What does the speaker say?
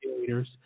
theaters